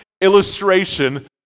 illustration